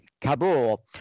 Kabul